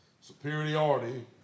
Superiority